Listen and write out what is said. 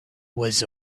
was